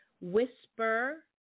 whisper